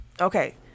Okay